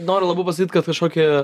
noriu labiau pasakyt kad kažkokį